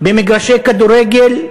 במגרשי כדורגל,